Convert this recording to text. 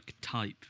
type